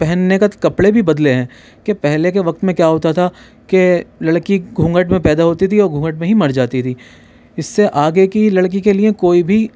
پہننے کا کپڑے بھی بدلے ہیں کہ پہلے کے وقت میں کیا ہوتا تھا کہ لڑکی گھونگھٹ میں پیدا ہوتی تھی اور گھونگھٹ میں ہی مر جاتی تھی اس سے آگے کی لڑکی کے لئے کوئی بھی